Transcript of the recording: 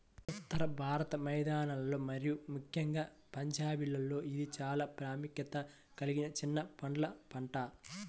ఉత్తర భారత మైదానాలలో మరియు ముఖ్యంగా పంజాబ్లో ఇది చాలా ప్రాముఖ్యత కలిగిన చిన్న పండ్ల పంట